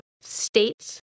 states